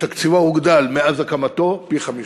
שתקציבו הוגדל מאז הקמתו פי-חמישה.